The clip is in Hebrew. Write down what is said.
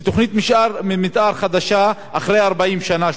תוכנית מיתאר חדשה אחרי 40 שנה,